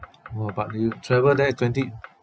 !wah! but you travel there twenty